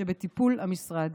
שבטיפול המשרד.